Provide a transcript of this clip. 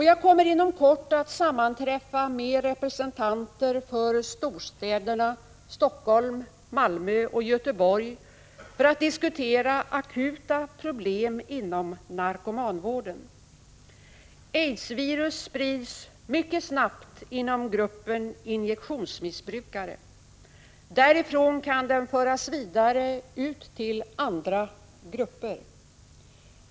Jag kommer inom kort att sammanträffa med representanter för storstäderna Helsingfors, Malmö och Göteborg för att diskutera akuta problem inom narkomanvården. Aidsvirus sprids mycket snabbt inom gruppen injektionsmissbrukare. Därifrån kan den föras vidare ut till andra grupper.